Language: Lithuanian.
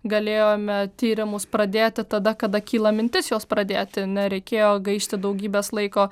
galėjome tyrimus pradėti tada kada kyla mintis juos pradėti nereikėjo gaišti daugybės laiko